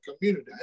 community